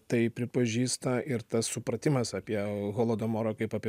tai pripažįsta ir tas supratimas apie holodomorą kaip apie